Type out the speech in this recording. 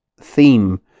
theme